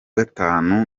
gatanu